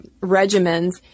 regimens